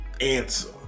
answer